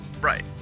Right